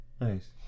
Nice